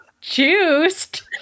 Juiced